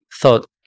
thought